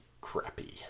crappy